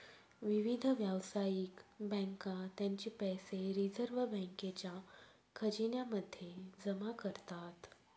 विविध व्यावसायिक बँका त्यांचे पैसे रिझर्व बँकेच्या खजिन्या मध्ये जमा करतात